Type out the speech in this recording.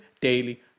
daily